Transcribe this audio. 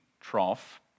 trough